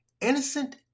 Innocent